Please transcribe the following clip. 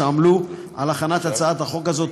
שעמלו על הכנת הצעת החוק הזאת,